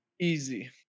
Easy